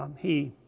um he